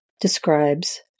describes